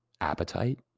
appetite